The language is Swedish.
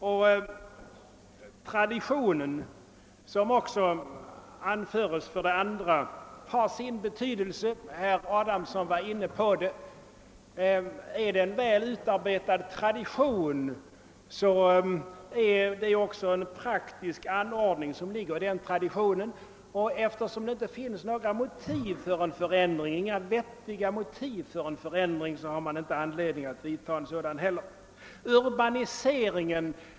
Och traditionen åter har sin betydelse — herr Adamsson var inne på detta — på det sättet, att det alltid ligger en praktisk anordning i en väl utarbetad tradition. Eftersom det inte finns några vettiga motiv för en förändring av traditionen har man inte heller anledning att vidtaga en förändring.